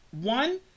one